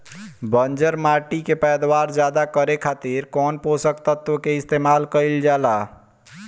बंजर माटी के पैदावार ज्यादा करे खातिर कौन पोषक तत्व के इस्तेमाल कईल जाला?